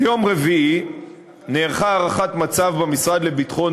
ביום רביעי נערכה הערכת מצב במשרד לביטחון